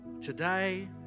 today